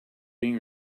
being